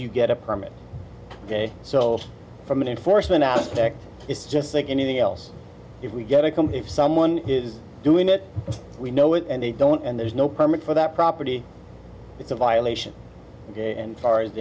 you get a permit so from an enforcement aspect it's just like anything else if we get a company if someone is doing it we know it and they don't and there's no permit for that property it's a violation and our as